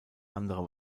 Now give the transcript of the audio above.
andere